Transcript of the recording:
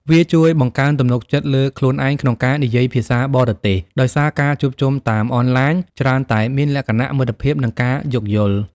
វាជួយបង្កើនទំនុកចិត្តលើខ្លួនឯងក្នុងការនិយាយភាសាបរទេស ដោយសារការជួបជុំតាមអនឡាញច្រើនតែមានលក្ខណៈមិត្តភាព និងការយោគយល់។